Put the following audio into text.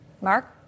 Mark